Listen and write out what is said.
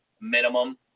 minimum